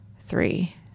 three